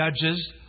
judges